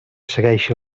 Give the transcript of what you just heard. segueixi